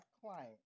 client